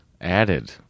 added